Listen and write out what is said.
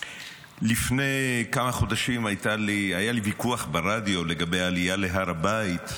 לפני כמה חודשים היה לי ויכוח ברדיו לגבי העלייה להר הבית,